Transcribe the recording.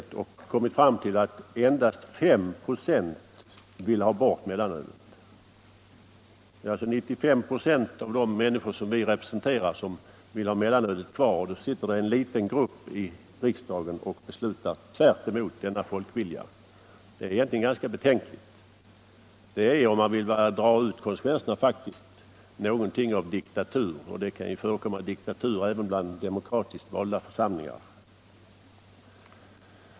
Man har därvid kommit fram till att endast 5 96 vill ha bort mellanölet. 95 96 av de människor som vi representerar vill alltså ha mellanölet kvar. Och då sitter det en liten grupp i riksdagen och beslutar tvärtemot denna folkvilja. Detta är egentligen ganska betänkligt. Det är, om man vill dra ut konsekvenserna, faktiskt någonting av diktatur. Det kan ju förekomma diktatur även i demokratiskt valda församlingar.